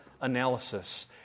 analysis